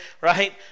right